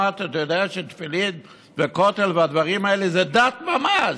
אתה יודע שתפילין והכותל והדברים האלה זה דת ממש,